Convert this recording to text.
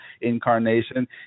incarnation